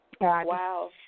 Wow